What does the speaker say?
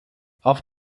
auf